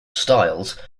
styles